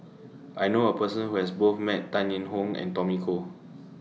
I know A Person Who has Both Met Tan Eng Hoon and Tommy Koh